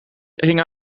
hing